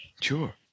Sure